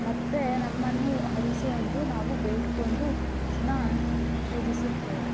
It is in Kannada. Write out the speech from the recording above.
ಮತ್ತು ನಮ್ಮನ್ನು ಹರಸು ಎಂದು ನಾವು ಬೇಡಿಕೊಂಡು ದಿನಾ ಪೂಜಿಸುತ್ತೇವೆ